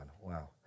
wow